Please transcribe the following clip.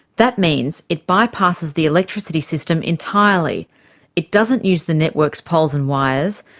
that means it bypasses the electricity system entirely it doesn't use the network's poles and wires,